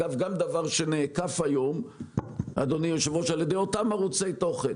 זה גם דבר שנעקף היום על-ידי אותם ערוצי תוכן